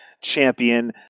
champion